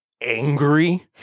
angry